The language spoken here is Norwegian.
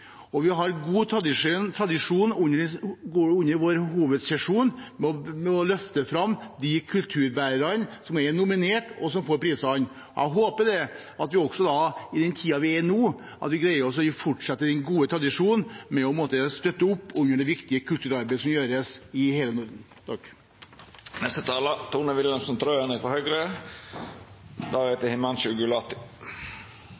og under vår hovedsesjon har vi også god tradisjon for å løfte fram de kulturbærerne som er nominert og som får prisene. Jeg håper at vi også i den tiden vi er i nå, greier å fortsette den gode tradisjonen med å støtte opp under det viktige kulturarbeidet som gjøres i hele Norden. Takk